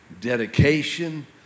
dedication